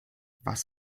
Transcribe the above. was